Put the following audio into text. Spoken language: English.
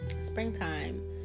springtime